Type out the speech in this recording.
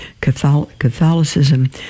Catholicism